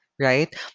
right